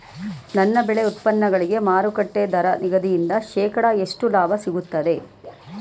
ನನ್ನ ಬೆಳೆ ಉತ್ಪನ್ನಗಳಿಗೆ ಮಾರುಕಟ್ಟೆ ದರ ನಿಗದಿಯಿಂದ ಶೇಕಡಾ ಎಷ್ಟು ಲಾಭ ಸಿಗುತ್ತದೆ?